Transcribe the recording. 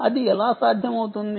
అది ఎలా సాధ్యమవుతుంది